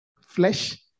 flesh